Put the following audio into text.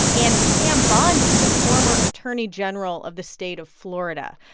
and pam bondi, the former attorney general of the state of florida.